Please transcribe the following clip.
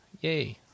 Yay